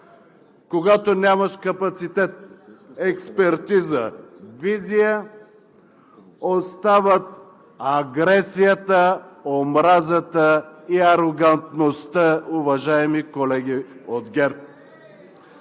Когато нямаш капацитет, експертиза, визия, остават агресията, омразата и арогантността, уважаеми колеги от ГЕРБ.